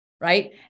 Right